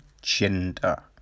gender